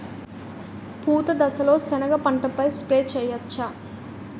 పూత దశలో సెనగ పంటపై స్ప్రే చేయచ్చా?